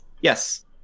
Yes